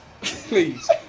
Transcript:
please